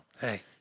Hey